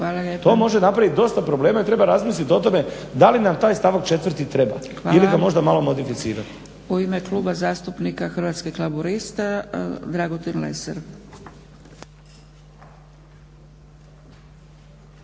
To može napravit dosta problema i treba razmislit o tome da li nam taj stavak 4. treba ili ga možda malo modificirati. **Zgrebec, Dragica (SDP)** Hvala. U ime Kluba zastupnika Hrvatskih laburista Dragutin Lesar.